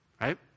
right